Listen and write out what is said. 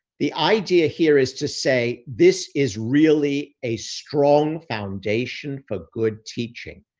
the idea here is to say, this is really a strong foundation for good teaching.